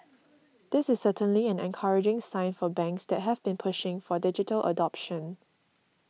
this is certainly an encouraging sign for banks that have been pushing for digital adoption